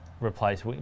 replace